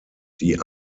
die